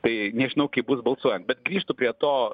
tai nežinau kaip bus balsuojant bet grįžtu prie to